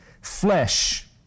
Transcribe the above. flesh